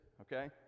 Okay